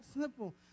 simple